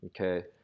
Okay